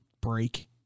break